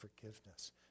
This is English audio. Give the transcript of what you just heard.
forgiveness